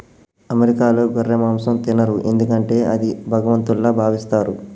అమెరికాలో గొర్రె మాంసం తినరు ఎందుకంటే అది భగవంతుల్లా భావిస్తారు